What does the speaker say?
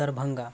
Darbhanga